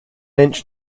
inch